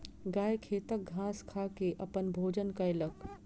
गाय खेतक घास खा के अपन भोजन कयलक